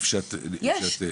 סניף שאליו אתם שייכים?